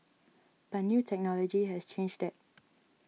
but new technology has changed that